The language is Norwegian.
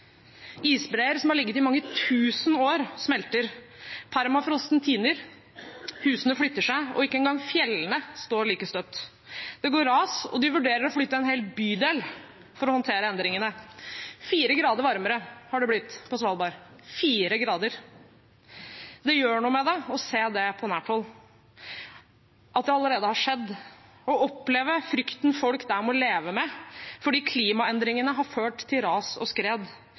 Isbreer som har ligget i mange tusen år, smelter. Permafrosten tiner, husene flytter seg, og ikke engang fjellene står like støtt. Det går ras, og de vurderer å flytte en hel bydel for å håndtere endringene. Fire grader varmere er det blitt på Svalbard – fire grader. Det gjør noe med deg å se det på nært hold, se at det allerede har skjedd, og å oppleve frykten folk der må leve med fordi klimaendringene har ført til ras og skred